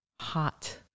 hot